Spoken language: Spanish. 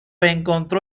encontró